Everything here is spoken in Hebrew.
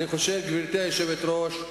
גברתי היושבת-ראש,